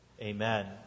Amen